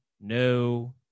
no